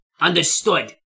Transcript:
Understood